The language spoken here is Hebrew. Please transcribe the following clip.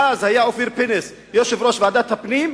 ואז היה אופיר פינס יושב-ראש ועדת הפנים,